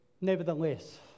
Nevertheless